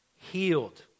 Healed